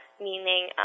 meaning